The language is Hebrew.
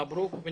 מברוק.